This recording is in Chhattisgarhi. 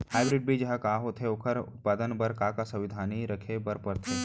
हाइब्रिड बीज का होथे अऊ ओखर उत्पादन बर का का सावधानी रखे बर परथे?